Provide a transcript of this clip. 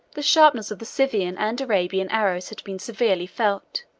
the sharpness of the scythian and arabian arrows had been severely felt